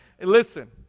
listen